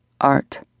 art